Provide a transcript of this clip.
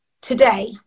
Today